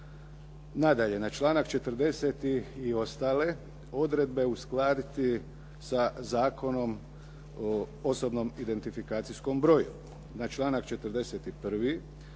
Nadalje, na članak 40. i ostale odredbe uskladiti sa Zakonom o osobnom identifikacijskom broju. Na članak 41.